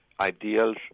ideals